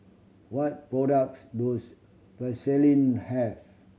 what products does Vaselin have